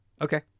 Okay